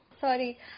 Sorry